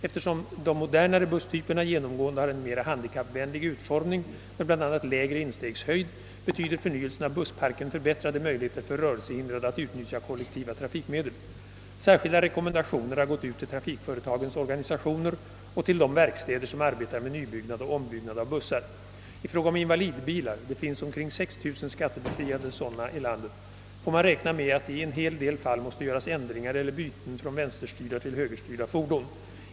Eftersom de modernare busstyperna genomgående har en mera handikappvänlig utformning med bl.a. lägre instegshöjd, betyder förnyelsen av bussparken förbättrade möjligheter för rörelsehindrade att utnyttja kollektiva trafikmedel. Särskilda rekommendationer har gått ut till trafikföretagens organisationer och till de verkstäder som arbetar med nybyggnad och ombyggnad av bussar. I fråga om invalidbilar — det finns omkring 6 090 skattebefriade sådana i landet — får man räkna med att det i en hel del fall måste göras ändringar eller byten från vänsterstyrda till högerstyrda fordon.